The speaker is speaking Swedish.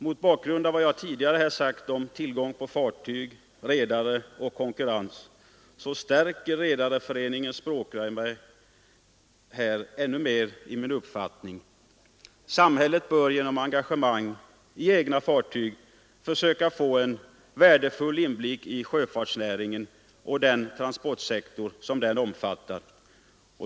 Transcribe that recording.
Mot bakgrund av vad jag tidigare här sagt om tillgång på fartyg, redare och konkurrens stärker Redareföreningens språkrör mig ännu mer i min uppfattning: samhället bör genom engagemang i egna fartyg försöka få en värdefull inblick i sjöfartsnäringen och den transportsektor som den omfattar.